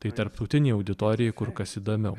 tai tarptautinei auditorijai kur kas įdomiau